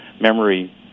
memory